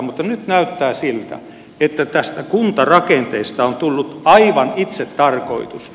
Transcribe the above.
mutta näyttää siltä että tästä kuntarakenteesta on tullut aivan itsetarkoitus